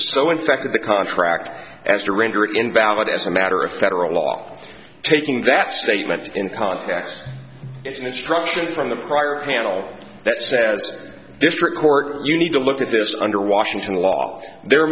so in fact the contract as to render it invalid as a matter of federal law taking that statement in context is an instruction from the prior handle that says district court you need to look at this under washington law there